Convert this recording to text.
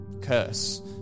curse